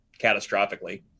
catastrophically